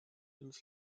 ins